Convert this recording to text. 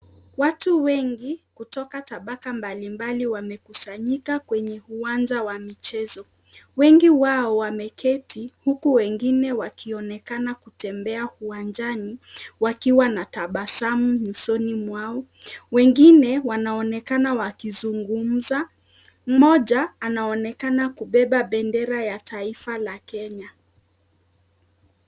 Watu wengi kutoka tabaka mbali mbali wamekusanyika kwenye uwanja wa michezo. Wengi wao wameketi huku wengine wakionekana kutembea uwanjani wakiwa na tabasamu nyusoni mwao. Wengine wanaonekana wakizungumza, mmoja anaonekana kubeba bendera ya taifa la Kenya.